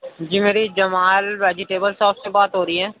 جی میری Jamal vegetable shop سے بات ہو رہی ہے